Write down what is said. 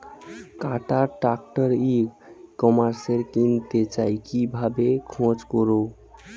কাটার tractor e কমার্সে কিনতে চাই কিভাবে খোঁজ করো?